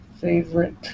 favorite